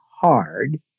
hard